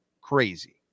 crazy